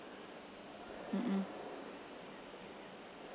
mm mm